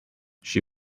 she